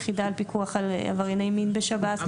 יחידה על פיקוח על עברייני מין בשב"ס.